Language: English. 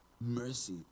mercy